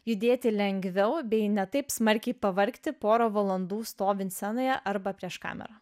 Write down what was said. judėti lengviau bei ne taip smarkiai pavargti porą valandų stovint scenoje arba prieš kamerą